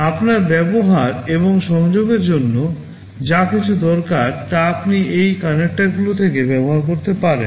আপনার ব্যবহার এবং সংযোগের জন্য যা কিছু দরকার তা আপনি এই CONNECTOR গুলো থেকে ব্যবহার করতে পারেন